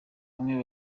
bamwe